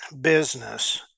business